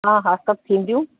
हा हा सभु थींदियूं